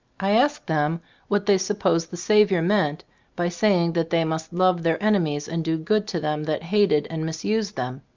i asked them what they supposed the saviour meant by saying that they must love their enemies and do good to them that hated and misused them?